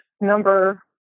number